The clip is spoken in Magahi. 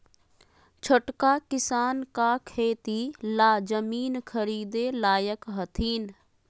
छोटका किसान का खेती ला जमीन ख़रीदे लायक हथीन?